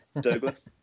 Douglas